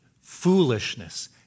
foolishness